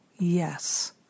Yes